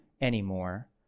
anymore